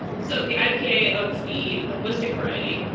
so the ipa of the linguistic variety